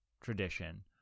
tradition